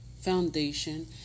foundation